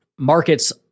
Markets